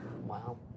Wow